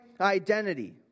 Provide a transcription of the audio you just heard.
identity